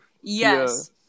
Yes